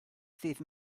ddydd